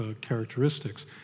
characteristics